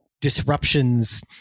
disruptions